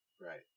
Right